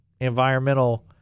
environmental